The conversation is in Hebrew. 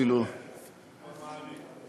הוא במעלית.